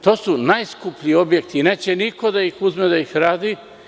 To su najskuplji objekti i neće niko da uzme da ih radi.